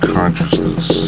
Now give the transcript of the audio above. Consciousness